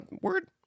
word